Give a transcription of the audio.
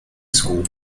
school